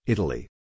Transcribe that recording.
Italy